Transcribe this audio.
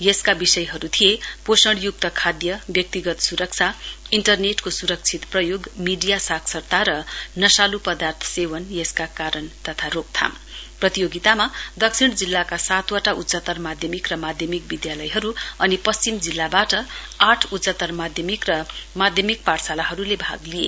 यसका विषयहरू थिए पोषणय्क्त खाद्य व्यक्तिगतण स्रक्षा इन्टरनेटको स्रक्षित प्रयोग मीडिया साक्षरता र नशाल् पदार्थ सेवन यसका कारण तथा रोकथाम प्रतियोगितामा दक्षिण जिल्लाका सातवटा उच्चतर माध्यमिक र माध्यमिक विद्यालयहरू अनि पश्चिम जिल्लाबाट आठ उच्चतर माध्यमिक र माध्यमिक पाठशालाहरूले भाग लिए